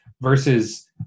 versus